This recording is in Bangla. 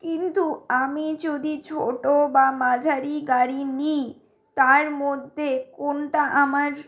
কিন্তু আমি যদি ছোট বা মাঝারি গাড়ি নিই তার মধ্যে কোনটা আমার